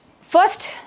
First